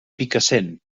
picassent